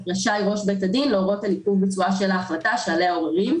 רשאי ראש בית הדין להורות על עיכוב ביצועה של ההחלטה שעליה עוררים".